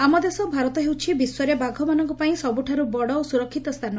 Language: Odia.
ଆମ ଦେଶ ଭାରତ ହେଉଛି ବିଶ୍ୱରେ ବାଘମାନଙ୍କ ପାଇଁ ସବୁଠାରୁ ବଡ଼ ଓ ସୁରକିତ ସ୍ଥାନ